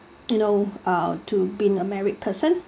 you know uh to been a married person